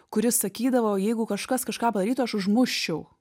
kuris sakydavo jeigu kažkas kažką padarytų aš užmuščiau